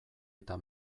eta